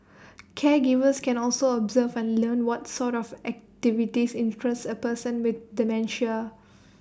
caregivers can also observe and learn what sort of activities interest A person with dementia